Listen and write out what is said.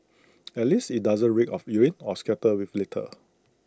at least IT doesn't reek of urine or scattered with litter